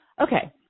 okay